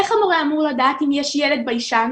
איך המורה אמור לדעת אם יש ילד ביישן?